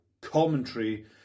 Commentary